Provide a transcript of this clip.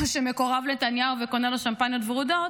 או שמקורב לנתניהו וקונה לו שמפניות ורודות,